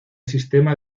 sistema